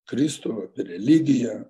kristų religiją